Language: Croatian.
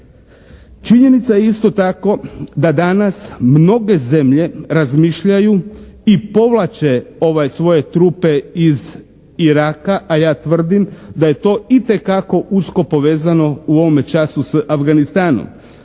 Činjenica je isto tako da danas mnoge zemlje razmišljaju i povlače ove svoje trupe iz Iraka, a ja tvrdim da je to itekako usko povezano u ovome času s Afganistanom.